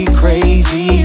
crazy